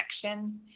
connection